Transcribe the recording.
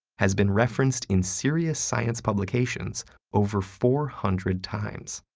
has been referenced in serious science publications over four hundred times.